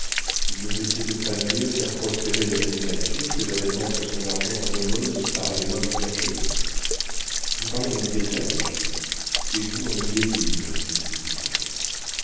ne vaut-il pas mieux faire prospérer les manufactures que de répandre son argent en aumônes par les mains du clergé vous parlez en homme d'état dit angélique et vous en homme d'église répondit-il vivement